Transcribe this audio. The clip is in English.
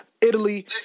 Italy